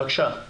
בבקשה.